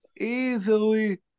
easily